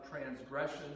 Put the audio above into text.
transgressions